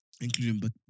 Including